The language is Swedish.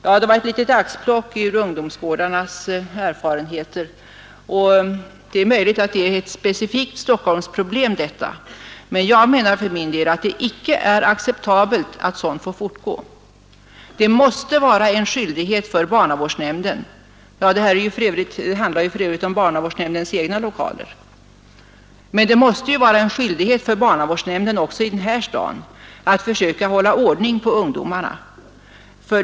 Detta var ett litet axplock ur ungdomsgårdsföreståndarnas erfarenheter. Det är möjligt att det är ett specifikt Stockholmsproblem, men det är inte acceptabelt att sådant får fortgå. Det måste vara en skyldighet för barnavårdsnämnden — här handlar det för övrigt om verksamhet i barnavårdsnämndens egna lokaler — också i den här staden att försöka hålla ordning på ungdomarna.